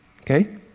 okay